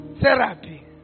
therapy